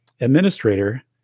administrator